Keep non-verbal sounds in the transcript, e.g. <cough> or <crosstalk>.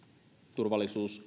turvallisuus <unintelligible>